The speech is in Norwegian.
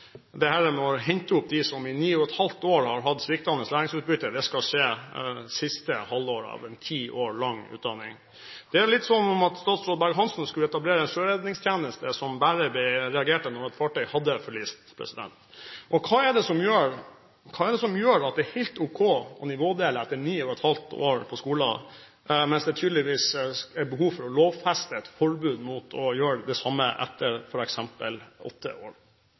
med å hente opp dem som i ni og et halvt år har hatt sviktende læringsutbytte, skal skje det siste halvåret av en ti år lang utdanning. Det er litt som om statsråd Berg-Hansen skulle etablert en sjøredningsredningstjeneste som bare reagerte når et fartøy hadde forlist. Hva er det som gjør at det er helt ok å nivådele etter ni og et halvt år på skolen, mens det tydeligvis er behov for å lovfeste et forbud mot å gjøre det samme etter f.eks. åtte år?